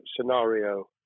scenario